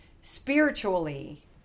spiritually